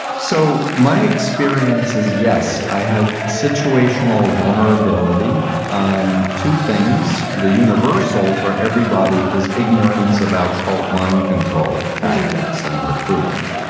so my experiences, yes, i had situational vulnerability um to things. the universal for everybody is ignorance about cult mind control, tactics and recruitment.